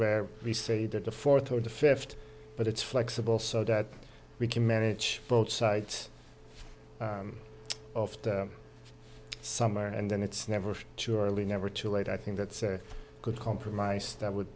where we say that the fourth or the fifth but it's flexible so that we can manage both sides of the summer and then it's never too early never too late i think that's a good compromise that would